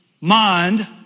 mind